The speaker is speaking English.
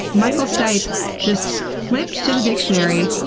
michael stipe just flipped to the dictionary,